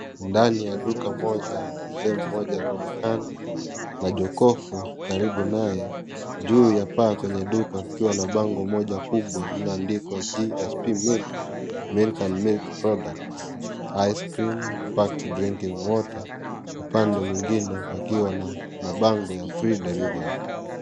Ndani ya duka moja Mzee mmoja anaonekana na jokofu karibu naye. Juu ya paa kwenye duka kukiwa na bango moja kubwa lililoandikwa GSP Milk, milk and milk products, ice cream back to drinking water .Upande mwingine Kukiwa na mabango free delivery